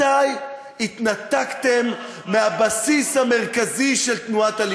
מתי התנתקתם מהבסיס המרכזי של תנועת הליכוד?